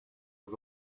was